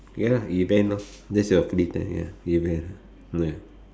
ya event lor that's your free time ya event ya